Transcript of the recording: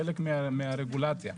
חלק מהרגולציה.